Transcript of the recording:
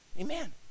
Amen